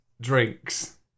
drinks